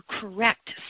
correct